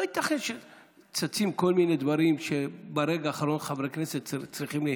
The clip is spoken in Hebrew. לא ייתכן שצצים כל מיני דברים שברגע האחרון חברי הכנסת צריכים.